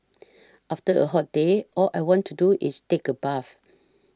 after a hot day all I want to do is take a bath